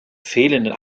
fehlenden